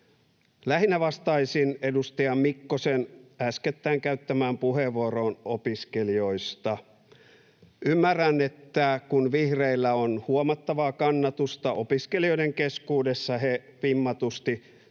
Lähinnä vastaisin edustaja Mikkosen äskettäin käyttämään puheenvuoroon opiskelijoista. Ymmärrän, että kun vihreillä on huomattavaa kannatusta opiskelijoiden keskuudessa, he vimmatusti